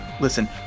Listen